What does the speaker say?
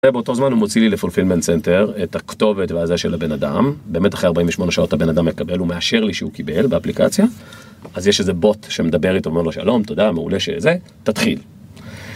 ובאותו זמן הוא מוציא לי לפולפילמנט סנטר את הכתובת והזה של הבן אדם, באמת אחרי 48 שעות הבן אדם מקבל ומאשר לי שהוא קיבל באפליקציה, אז יש איזה בוט שמדבר איתו, אומר לו שלום, תודה, מעולה שזה, תתחיל.